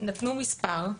נתנו מספר,